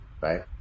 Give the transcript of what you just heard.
right